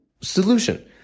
solution